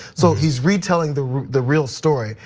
so he's retelling the the real story,